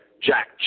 Jack